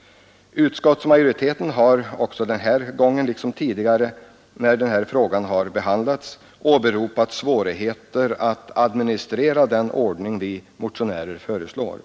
- Utskottsmajoriteten har denna gång, liksom tidigare när denna fråga behandlats, åberopat svårigheter att administrera den ordning vi motionä rer föreslår.